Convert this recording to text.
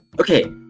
okay